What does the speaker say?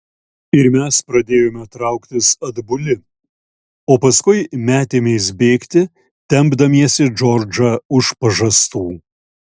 ir mes pradėjome trauktis atbuli o paskui metėmės bėgti tempdamiesi džordžą už pažastų